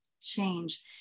change